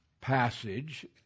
passage